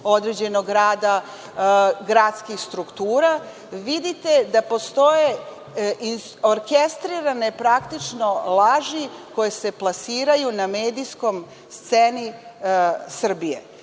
određenog rada gradskih struktura. Vidite da postoje orkestrirane laži koje se plasiraju na medijskoj sceni Srbije. To